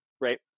Right